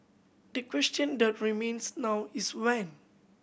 the question that remains now is when